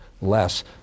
less